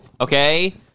Okay